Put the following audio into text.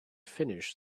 finished